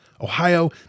Ohio